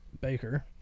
Baker